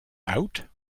out